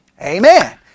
Amen